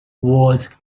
was